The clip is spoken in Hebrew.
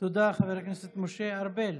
תודה, חבר הכנסת משה ארבל.